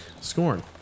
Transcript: Scorn